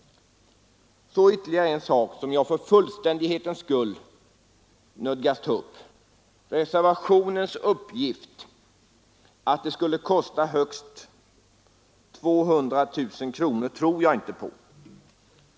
Så ytterligare en sak, som jag för fullständighetens skull nödgas ta upp! Reservationens uppgift, att ett bifall till motionen skulle kosta högst 200 000 kronor, tror jag inte på.